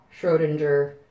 Schrodinger